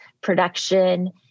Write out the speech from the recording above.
production